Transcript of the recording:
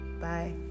Bye